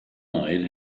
night